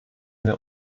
wir